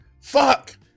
fuck